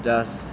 just